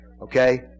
Okay